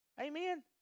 Amen